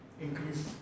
increase